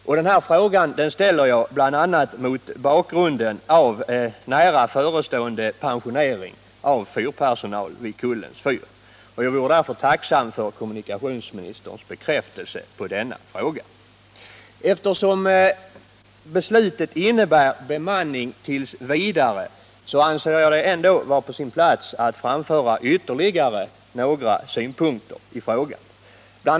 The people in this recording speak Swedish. Jag tar upp denna fråga bl.a. mot bakgrund av förestående pensionering av fyrpersonal vid Kullens fyr, och jag vore med tanke på detta tacksam om kommunikationsministern ville bekräfta att jag tolkat hennes besked korrekt. Eftersom beslutet innebär bemanningt. v., anser jag det vara på sin plats att anföra ytterligare några synpunkter i frågan. Bl.